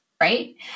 right